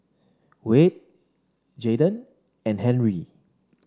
Wayde Jaiden and Henri